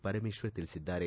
ಪರಮೇಶ್ವರ್ ತಿಳಿಸಿದ್ದಾರೆ